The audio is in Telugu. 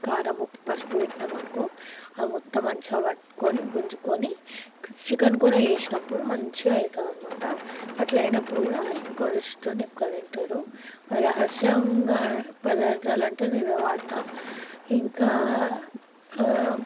కారం ఉప్పు పసుపు పెట్టామనుకో అది మొత్తం మంచిగా పట్టుకొని గుంజుకొని చికెన్ కూర వేసినప్పుడు మంచిగా అవుతుందన్నమాట అట్లా అయినప్పుడు కూడా ఎక్కువ రుచితో ఎక్కువ తింటారు రహస్యంగా పదార్థాలు అంటే నేను ఇవే వాడతాను ఇంకా